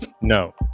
No